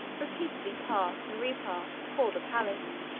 repeatedly passed and repassed before the palace